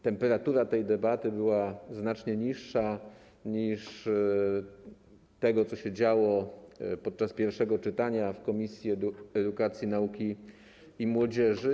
Temperatura tej debaty była znacznie niższa niż tego, co się działo podczas pierwszego czytania w Komisji Edukacji, Nauki i Młodzieży.